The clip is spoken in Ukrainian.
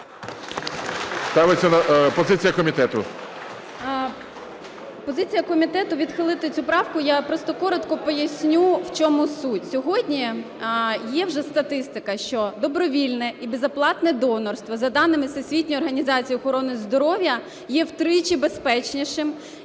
Позиція комітету – відхилити цю правку. Я просто коротко поясню, в чому суть. Сьогодні є вже статистика, що добровільне і безоплатне донорство за даними Всесвітньої